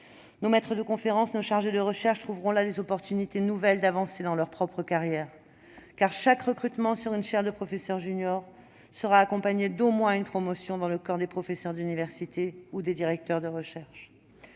nos maîtres de conférences et nos chargés de recherche, ce sont des opportunités nouvelles pour avancer dans leur propre carrière, car chaque recrutement pour une chaire de professeur junior sera accompagné d'au moins une promotion dans le corps des professeurs des universités ou des directeurs de recherche.